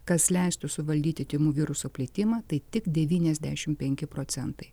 kas leistų suvaldyti tymų viruso plitimą tai tik devyniasdešim penki procentai